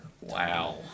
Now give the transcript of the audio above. Wow